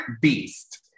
beast